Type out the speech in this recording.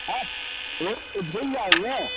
हँ वह वह भूल जाएँगे